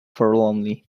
forlornly